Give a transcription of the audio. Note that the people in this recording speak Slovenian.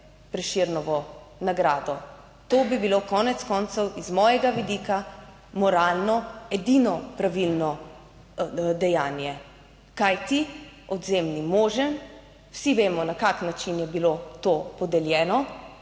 Prešernovo nagrado. To bi bilo konec koncev iz mojega vidika moralno edino pravilno dejanje. Kajti odvzem ni možen, vsi vemo na kakšen način je bilo to podeljeno.